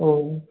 ஓ